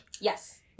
Yes